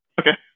Okay